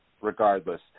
regardless